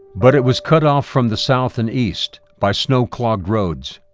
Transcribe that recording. but it was cut off from the south and east by snow-clogged roads.